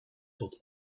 tot